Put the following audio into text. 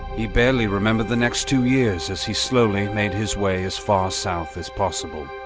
he barely remembered the next two years, as he slowly made his way as far south as possible.